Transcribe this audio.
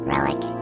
Relic